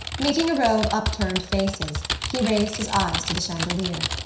meeting a row of upturned faces he raised his eyes to the chandelier.